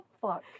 fuck